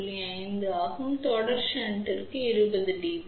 5 ஆகும் தொடர் ஷண்டிற்கு இது 20 டிபி ஆகும்